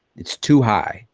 it's too high,